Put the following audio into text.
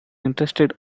interested